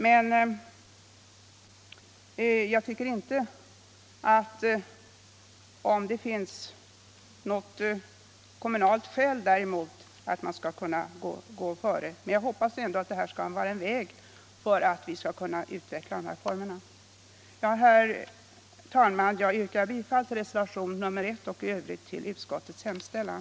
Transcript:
Men jag tycker inte att hyresgästerna skall kunna gå före, om det finns något kommunalt 107 skäl däremot. Jag hoppas emellertid att det här skall vara en väg att utveckla denna boendeform. Herr talman! Jag yrkar bifall till reservationen 1 och i övrigt till utskottets hemställan.